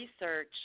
research